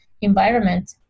environment